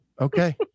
Okay